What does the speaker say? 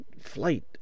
flight